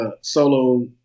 solo